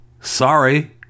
sorry